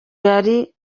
yari